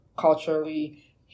culturally